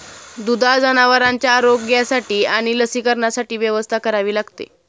दुधाळ जनावरांच्या आरोग्यासाठी आणि लसीकरणासाठी व्यवस्था करावी लागते